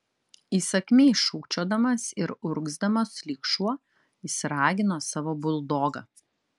įsakmiai šūkčiodamas ir urgzdamas lyg šuo jis ragino savo buldogą